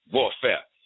Warfare